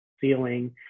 ceiling